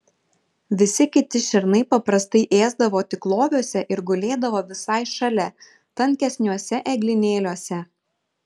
visi kiti šernai paprastai ėsdavo tik loviuose ir gulėdavo visai šalia tankesniuose eglynėliuose